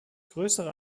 größere